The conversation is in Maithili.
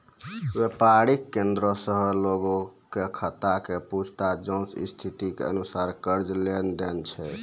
व्यापारिक केन्द्र सेहो लोगो के खाता के पूछताछ जांच स्थिति के अनुसार कर्जा लै दै छै